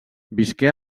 visqué